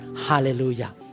Hallelujah